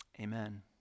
Amen